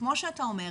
וכמו שאתה אומר,